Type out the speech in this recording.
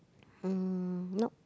um nope